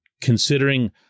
considering